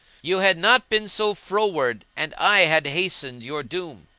you had not been so froward and i had hastened your doom.